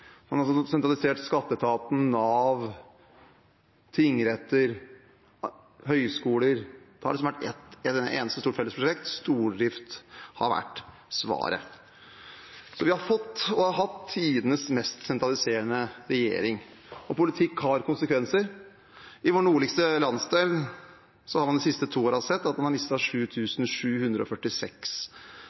Man har sentralisert skatteetaten, Nav, tingretter, høyskoler. Det har liksom vært et eneste stort fellesprosjekt – stordrift har vært svaret. Vi har fått og hatt tidenes mest sentraliserende regjering, og politikk har konsekvenser. I vår nordligste landsdel har man de siste to årene sett at man